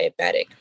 diabetic